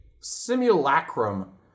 simulacrum